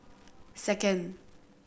second